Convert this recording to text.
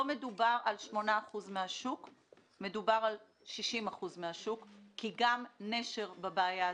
לא מדובר על 8% מן השוק אלא על 60% מן השוק כי גם נשר בבעיה הזאת.